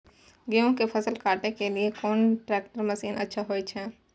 गेहूं के फसल काटे के लिए कोन ट्रैक्टर मसीन अच्छा होय छै?